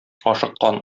ашыккан